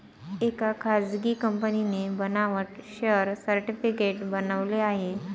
एका खासगी कंपनीने बनावट शेअर सर्टिफिकेट बनवले आहे